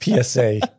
PSA